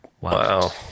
Wow